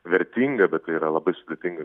vertinga bet tai yra labai sudėtinga